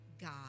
God